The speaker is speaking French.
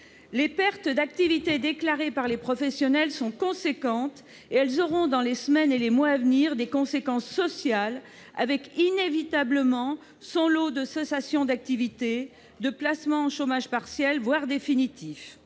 Les pertes d'activité déclarées par les professionnels sont importantes. Elles auront, dans les semaines et les mois à venir, des conséquences sociales avec leur inévitable lot de cessations d'activité et de placements en chômage partiel, voire définitif.